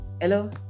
Hello